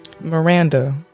Miranda